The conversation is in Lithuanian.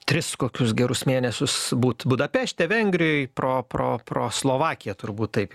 tris kokius gerus mėnesius būt budapešte vengrijoj pro pro pro slovakiją turbūt taip